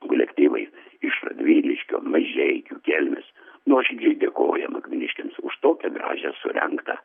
kolektyvai iš radviliškio mažeikių kelmės nuoširdžiai dėkojam akmeniškiams už tokią gražią surengtą